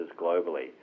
globally